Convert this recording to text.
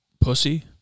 pussy